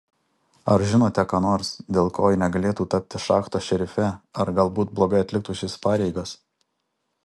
ar žinote ką nors dėl ko ji negalėtų tapti šachtos šerife ar galbūt blogai atliktų šias pareigas